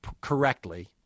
correctly